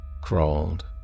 Crawled